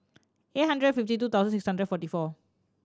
eight hundred fifty two thousand six hundred forty four